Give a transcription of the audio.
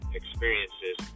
experiences